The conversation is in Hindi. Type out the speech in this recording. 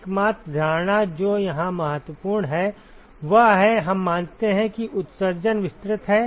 एकमात्र धारणा जो यहां महत्वपूर्ण है वह है हम मानते हैं कि उत्सर्जन विस्तृत है